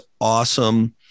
awesome